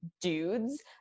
dudes